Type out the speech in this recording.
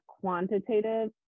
quantitative